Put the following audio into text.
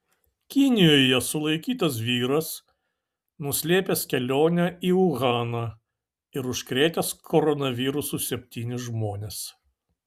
kinijoje sulaikytas vyras nuslėpęs kelionę į uhaną ir užkrėtęs koronavirusu septynis žmones